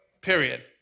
period